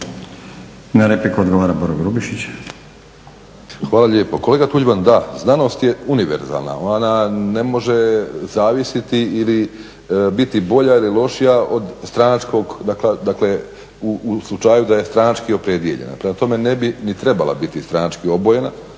**Grubišić, Boro (HDSSB)** Hvala lijepo. Kolega Tuđman da, znanost je univerzalna. Ona ne može zavisiti ili biti bolja ili lošija od stranačkog dakle u slučaju da je stranački opredijeljena. Prema tome, ne bi ni trebala biti stranački obojena